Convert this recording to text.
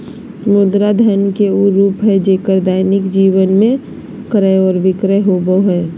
मुद्रा धन के उ रूप हइ जेक्कर दैनिक जीवन में क्रय और विक्रय होबो हइ